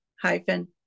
hyphen